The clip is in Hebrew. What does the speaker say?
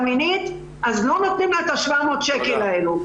מינית אז לא נותנים לה את ה-700 שקל הללו.